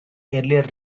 earlier